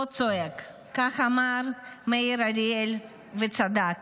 לא צועק", כך אמר מאיר אריאל, וצדק.